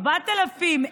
4,000,